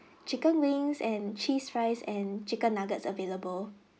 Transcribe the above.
chicken wings and cheese fries and chicken nuggets available